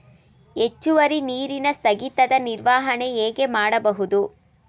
ಹೆಚ್ಚುವರಿ ನೀರಿನ ಸ್ಥಗಿತದ ನಿರ್ವಹಣೆ ಹೇಗೆ ಮಾಡಬಹುದು?